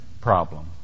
problem